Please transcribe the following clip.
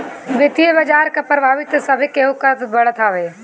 वित्तीय बाजार कअ प्रभाव तअ सभे केहू पअ पड़त हवे